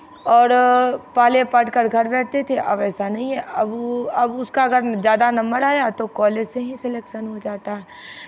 और पहले पढ़ कर घर बैठते थे अब ऐसा नहीं है अब उसका अगर ज़्यादा नंबर आया तो कॉलेज से ही सेलेक्शन हो जाता है